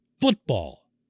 football